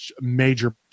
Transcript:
major